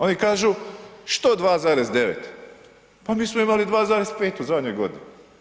Oni kažu što 2,9, pa mi smo imali 2,5 u zadnjoj godini.